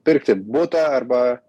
pirkti butą arba